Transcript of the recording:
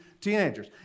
teenagers